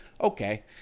Okay